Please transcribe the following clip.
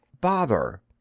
Bother